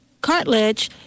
cartilage